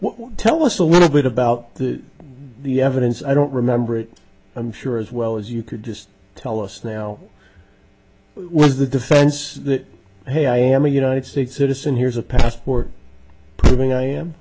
then tell us a little bit about the the evidence i don't remember it i'm sure as well as you could just tell us now was the defense that hey i am a united states citizen here's a passport proving i am